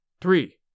three